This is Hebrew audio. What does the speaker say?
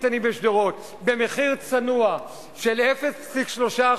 הבניין בשדרות משלמים את מחיר הפריפריה על המונופול בסליקה.